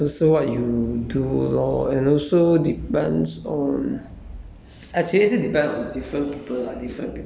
um it actually depends also what you do loh and also depends on